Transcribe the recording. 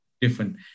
different